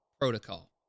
protocol